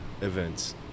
events